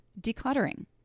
decluttering